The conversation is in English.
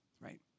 right